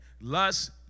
Lust